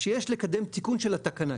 שיש לקדם תיקון של התקנה,